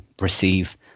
receive